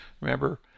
Remember